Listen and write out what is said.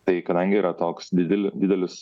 tai kadangi yra toks dideli didelis